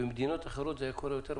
שבמדינות אחרות זה היה קורה יותר מהר.